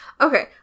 Okay